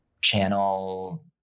channel